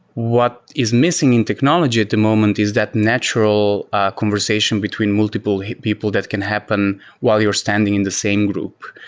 what is missing in technology at the moment is that natural conversation between multiple people that can happen while you're standing in the same group.